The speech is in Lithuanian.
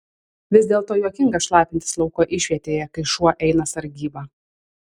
vis dėlto juokinga šlapintis lauko išvietėje kai šuo eina sargybą